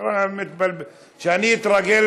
עד שאני אתרגל,